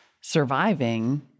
surviving